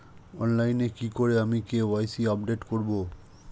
অনলাইনে কি করে আমি কে.ওয়াই.সি আপডেট করব?